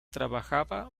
trabajaba